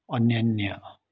अन्यान्य